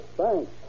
thanks